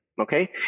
okay